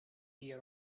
tea